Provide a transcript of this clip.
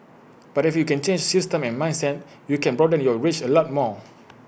but if you can change systems and mindsets you can broaden your reach A lot more